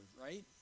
right